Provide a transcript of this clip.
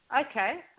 okay